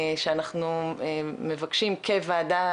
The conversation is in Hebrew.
שאנחנו מבקשים כוועדה,